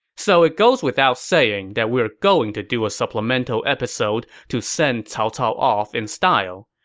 so it goes without saying that we're going to do a supplemental episode to send cao cao off in style,